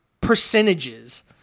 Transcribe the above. percentages